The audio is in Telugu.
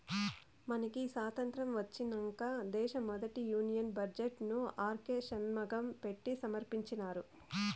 మనకి సాతంత్రం ఒచ్చినంక దేశ మొదటి యూనియన్ బడ్జెట్ ను ఆర్కే షన్మగం పెట్టి సమర్పించినారు